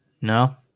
No